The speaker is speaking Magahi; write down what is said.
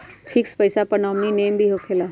फिक्स पईसा पर नॉमिनी नेम भी होकेला?